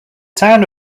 town